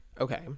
Okay